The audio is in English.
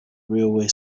railway